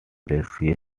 glacial